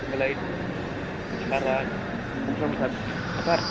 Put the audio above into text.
होनबालाय सारा कमफ्रामखाथार